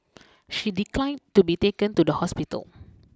she declined to be taken to the hospital